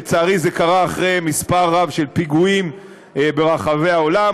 לצערי זה קרה אחרי מספר רב של פיגועים ברחבי העולם,